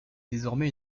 désormais